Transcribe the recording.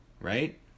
right